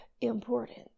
important